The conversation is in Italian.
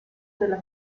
della